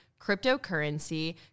cryptocurrency